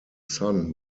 son